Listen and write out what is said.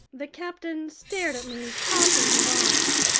the captain stared at me, crossing his arms.